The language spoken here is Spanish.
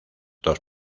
dos